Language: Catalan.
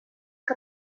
que